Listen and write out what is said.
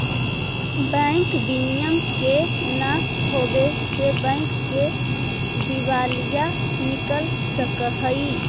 bank विनियम के न होवे से बैंक के दिवालिया निकल सकऽ हइ